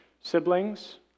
siblings